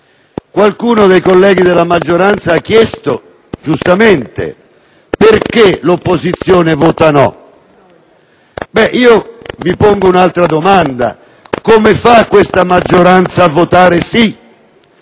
Qualcuno dei colleghi della maggioranza ha chiesto, giustamente, perché l'opposizione vota no. Io mi pongo un'altra domanda: come fa questa maggioranza a votare sì?